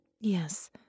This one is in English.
Yes